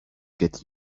get